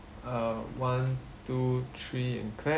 uh one two three and clap